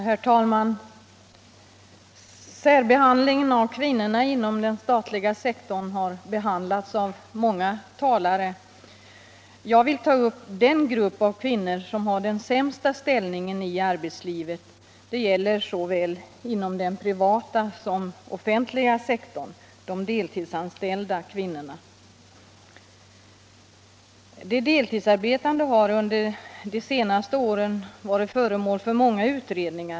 Herr talman! Särbehandlingen av kvinnorna inom den statliga sektorn har behandlats av många talare. Jag vill ta upp den grupp av kvinnor som har den sämsta ställningen i arbetslivet, inom såväl den privata som den offentliga sektorn, nämligen de deltidsanställda kvinnorna. De deltidsarbetande har under de senaste åren varit föremål för många utredningar.